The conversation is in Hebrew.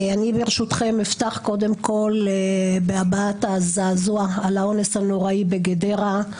אני ברשותכם אפתח קודם כול בהבעת זעזוע על האונס הנורא בגדרה.